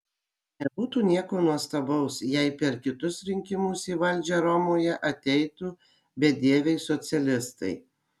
nebūtų nieko nuostabaus jei per kitus rinkimus į valdžią romoje ateitų bedieviai socialistai